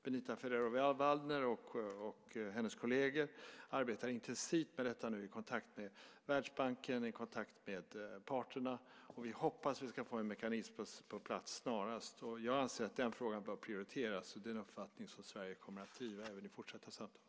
Benita Ferrero-Waldner och hennes kolleger arbetar intensivt med detta nu i kontakt med Världsbanken och med parterna. Vi hoppas att vi ska få en mekanism på plats snarast. Jag anser att den frågan bör prioriteras. Det är en uppfattning som Sverige kommer att driva även i fortsatta samtal.